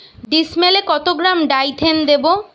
ডিস্মেলে কত gram Dithane দেবো?